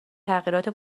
تغییرات